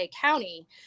County